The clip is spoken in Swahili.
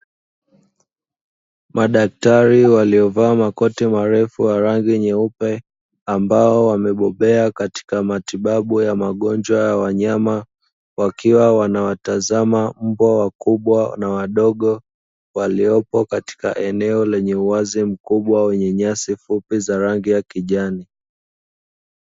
Madaktari waliovaa makoti marefu ya rangi nyeupe, ambao wamebobea katika matibabu ya magonjwa ya wanyama, wakiwa wanawatazama mbwa wakubwa na wadogo waliopo katika eneo lenye uwazi mkubwa wenye nyasi fupi za rangi ya kijani.